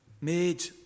Made